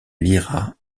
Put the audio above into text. lira